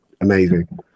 amazing